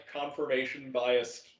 confirmation-biased